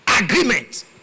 Agreement